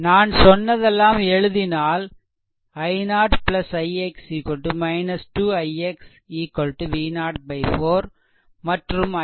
நான் சொன்னதெல்லாம் எழுதினால் i0 ix 2 ix V0 4